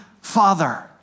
father